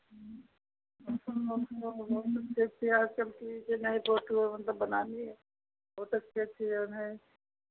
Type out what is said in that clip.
आज कल की जे नए फोटुऍं मतलब बनानी है फ़ोटो अच्छी अच्छी जौन है